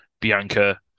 Bianca